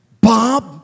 Bob